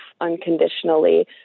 unconditionally